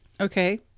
Okay